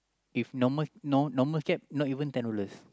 if normal normal normal cab not even ten dollars